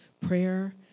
Prayer